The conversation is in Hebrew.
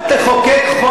זו תהיה בעיה שלהם.